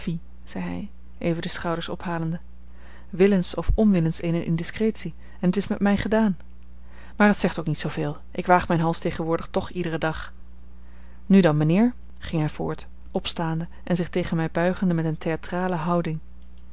hij even de schouders ophalende willens of onwillens eene indiscretie en t is met mij gedaan maar het zegt ook niet zooveel ik waag mijn hals tegenwoordig toch iederen dag nu dan mijnheer ging hij voort opstaande en zich tegen mij buigende met een theatrale houding